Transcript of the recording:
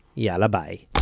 yalla bye